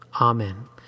Amen